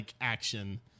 action